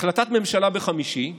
החלטת ממשלה בחמישי,